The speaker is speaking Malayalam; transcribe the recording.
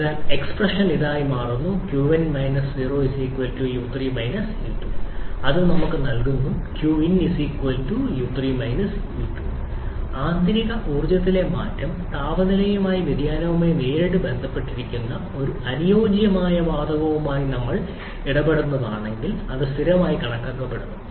അതിനാൽ എക്സ്പ്രഷൻ ഇതായി മാറുന്നു qin −0 u3 − u2 അത് നമ്മൾക്ക് നൽകുന്നു qin u3 u2 ആന്തരിക ഊർജ്ജത്തിലെ മാറ്റം താപനിലയിലെ വ്യതിയാനവുമായി നേരിട്ട് ബന്ധപ്പെട്ടിരിക്കുന്ന ഒരു അനുയോജ്യമായ വാതകവുമായി നമ്മൾ ഇടപെടുന്നതിനാൽ അത് സ്ഥിരമായി കണക്കാക്കപ്പെടുന്നു